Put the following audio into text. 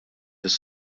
fis